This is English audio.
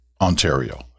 Ontario